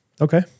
Okay